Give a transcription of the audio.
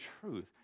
truth